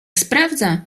sprawdza